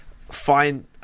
find